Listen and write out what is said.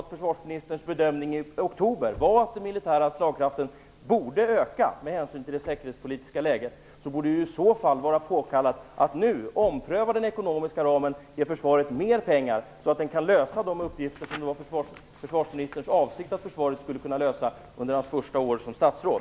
Om försvarsministerns bedömning i oktober var att den militära slagkraften borde öka med hänsyn till det säkerhetspolitiska läget borde det i så fall vara påkallat att nu ompröva den ekonomiska ramen ge försvaret mera pengar så att det kan lösa de uppgifter som det var försvarsministerns avsikt att försvaret skulle kunna lösa under hans första år som statsråd.